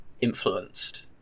influenced